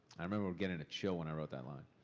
i remember getting a chill when i wrote that line.